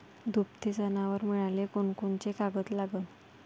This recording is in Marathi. दुभते जनावरं मिळाले कोनकोनचे कागद लागन?